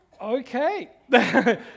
okay